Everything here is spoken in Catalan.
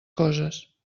coses